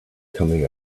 coming